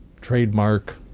trademark